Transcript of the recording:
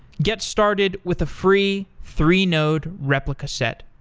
get started with a free three node replica set,